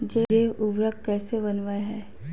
जैव उर्वरक कैसे वनवय हैय?